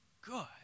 good